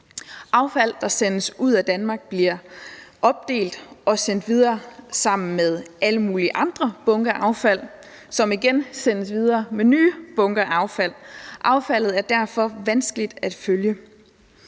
Affald, der sendes ud af Danmark, bliver opdelt og sendt videre sammen med alle mulige andre bunker af affald, som igen sendes videre med nye bunker af affald, og affaldet er derfor vanskeligt at følge.